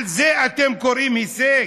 לזה אתם קוראים הישג?